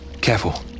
Careful